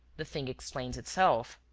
the thing explains itself.